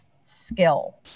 skill